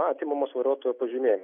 atimamas vairuotojo pažymėjimas